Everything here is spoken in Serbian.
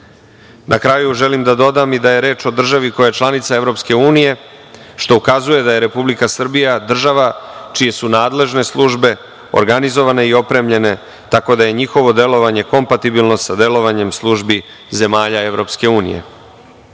kraju želim da dodam i da je reč o državi koja je članica Evropske unije, što ukazuje da je Republika Srbija država čiji su nadležne službe organizovane i opremljene tako da je njihovo delovanje kompatibilno sa delovanjem službi zemalja